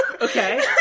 Okay